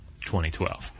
2012